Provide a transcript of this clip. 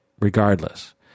regardless